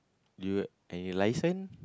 do you any licence